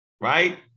right